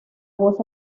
voz